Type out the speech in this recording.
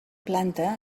planta